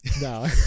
no